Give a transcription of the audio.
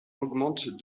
augmente